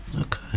okay